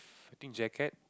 I think jacket